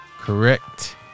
Correct